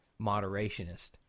moderationist